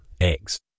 eggs